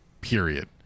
period